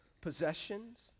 possessions